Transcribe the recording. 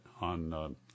on